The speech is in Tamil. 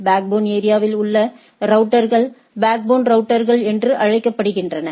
பேக்போன் ஏரியாவில் உள்ள ரவுட்டர்கள் பேக்போன் ரௌட்டர்கள் என்று அழைக்கப்படுகின்றன